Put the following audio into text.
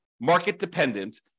market-dependent